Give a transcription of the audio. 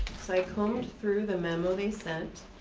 so i combed through the memo they sent,